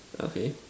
okay